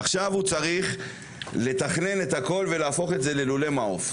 עכשיו הוא צריך לתכנן את הכל ולהפוך את זה ללולי מעוף.